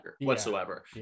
whatsoever